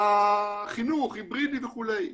החינוך היברידי וכולי.